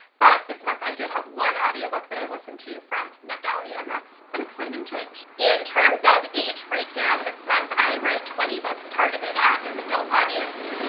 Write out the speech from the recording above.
but this month i did have one audiobook that i listened to from netgalley and that's an exciting change. in terms of age breakdown this month i read twenty books targeted at an adult audience,